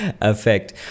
effect